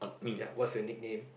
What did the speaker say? ya what's your nickname